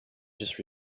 just